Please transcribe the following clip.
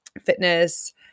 fitness